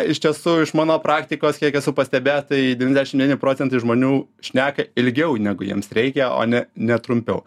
iš tiesų iš mano praktikos kiek esu pastebėjęs tai devyniasdešim devyni procentai žmonių šneka ilgiau negu jiems reikia o ne ne trumpiau